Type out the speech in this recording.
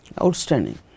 Outstanding